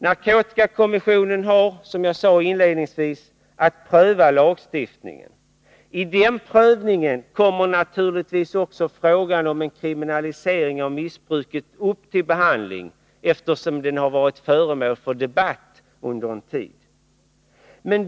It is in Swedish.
Narkotikakommissionen har, som jag sade inledningsvis, att pröva lagstiftning. I den prövningen kommer naturligtvis också frågan om en kriminalisering av missbruket upp till behandling, eftersom den varit föremål för debatt under en tid.